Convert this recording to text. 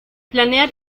planear